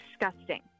disgusting